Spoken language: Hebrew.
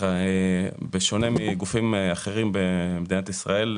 בשונה מגופים אחרים במדינת ישראל,